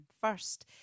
first